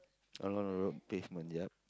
on on the road pavement yup